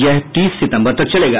यह तीस सितंबर तक चलेगा